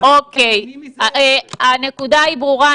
הנקודה ברורה.